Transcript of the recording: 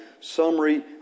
summary